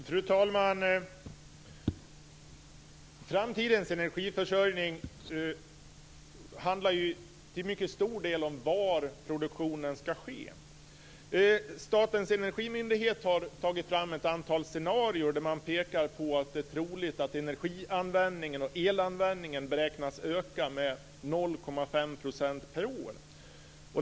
Fru talman! Framtidens energiförsörjning handlar till mycket stor del om var produktionen ska ske. Statens energimyndighet har tagit fram ett antal scenarier där man pekar på att det är troligt att energianvändningen och elanvändningen beräknas öka med 0,5 % per år.